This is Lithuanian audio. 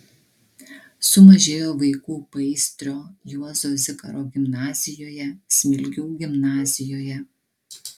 sumažėjo vaikų paįstrio juozo zikaro gimnazijoje smilgių gimnazijoje